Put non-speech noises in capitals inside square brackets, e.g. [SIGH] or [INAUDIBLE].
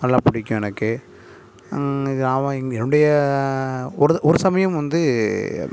நல்லா பிடிக்கும் எனக்கு [UNINTELLIGIBLE] இங்கே இப்படியே ஒரு ஒரு சமையம் வந்து